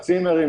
הצימרים,